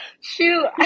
shoot